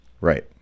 Right